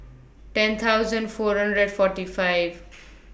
ten thousand four hundred and forty five